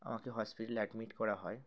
আমাকে হসপিটালে অ্যাডমিট করা হয়